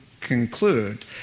conclude